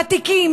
ותיקים,